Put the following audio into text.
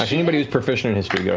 anybody who's proficient in history, yeah